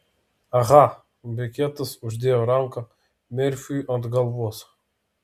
aha beketas uždėjo ranką merfiui ant galvos